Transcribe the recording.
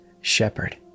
shepherd